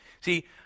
See